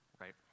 right